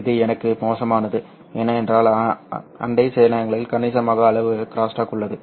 இது எனக்கு மோசமானது ஏனென்றால் அண்டை சேனல்களில் கணிசமான அளவு க்ரோஸ்டாக் உள்ளது